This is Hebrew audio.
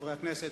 חברי הכנסת,